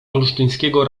olsztyńskiego